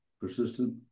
Persistent